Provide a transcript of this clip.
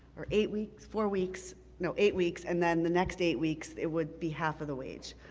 or eight weeks, four weeks, no eight weeks, and then the next eight weeks it would be half of the wage.